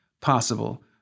possible